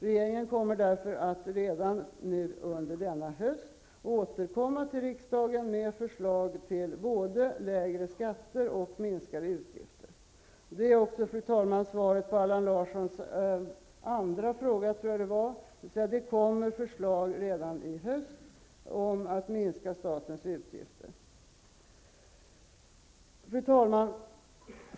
Regeringen kommer därför redan under hösten att återkomma till riksdagen med förslag till både lägre skatter och minskade utgifter. Det är, fru talman, också svaret på Allan Larssons andra fråga, dvs. att det kommer att läggas fram förslag redan i höst om att minska statens utgifter. Fru talman!